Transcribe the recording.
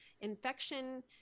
infection